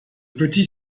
petits